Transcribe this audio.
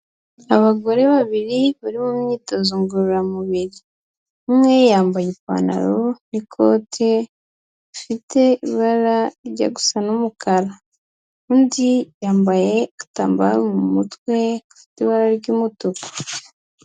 Abagore babiri bari mu myitozo ngororamubiri. Umwe yambaye ipantaro n'ikote rifite ibara rijya gusa n'umukara. Undi yambaye agatambaro mu mutwe gafite ibara ry'umutuku.